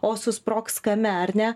o susprogs kame ar ne